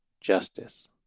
justice